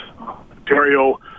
Ontario